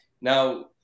Now